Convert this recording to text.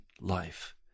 life